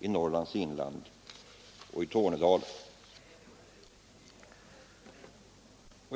i Norrlands inland och i Tornedalen.